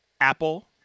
Apple